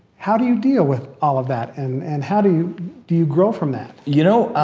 how do you deal with all of that? and and how do you do you grow from that? you know